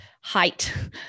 height